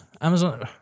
Amazon